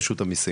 רשות המיסים,